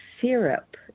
syrup